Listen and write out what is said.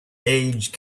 age